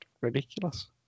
ridiculous